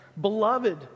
Beloved